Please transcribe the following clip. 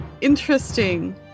Interesting